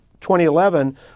2011